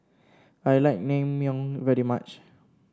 I like Naengmyeon very much